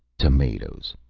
tomatoes!